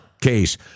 case